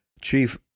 Chief